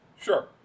Sure